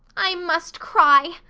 i must cry,